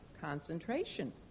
concentration